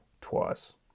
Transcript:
twice